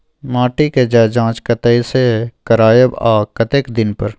माटी के ज जॉंच कतय से करायब आ कतेक दिन पर?